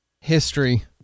history